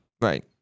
Right